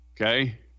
Okay